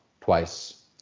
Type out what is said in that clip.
twice